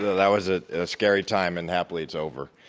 that was a scary time, and happily it's over.